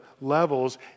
levels